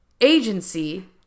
agency